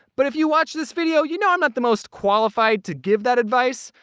but if you watch this video, you know i'm not the most qualified to give that advice,